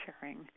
sharing